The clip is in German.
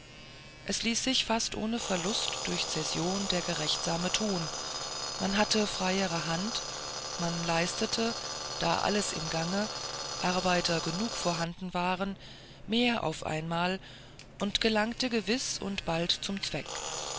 es ließ sich fast ohne verlust durch zession der gerechtsame tun man hatte freiere hand man leistete da alles im gange arbeiter genug vorhanden waren mehr auf einmal und gelangte gewiß und bald zum zweck